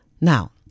Now